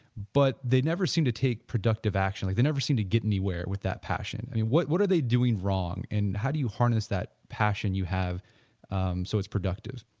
but they never seem to take the productive actually, they never seem to get anywhere with that passion and what what are they doing wrong and how do you hornist that passion you have um so its productive?